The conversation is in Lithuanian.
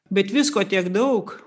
bet visko tiek daug